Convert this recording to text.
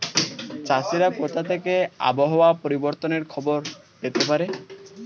চাষিরা কোথা থেকে আবহাওয়া পরিবর্তনের খবর পেতে পারে?